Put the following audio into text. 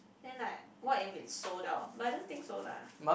then like what if it's sold out but I don't think so lah